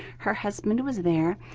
her husband was there,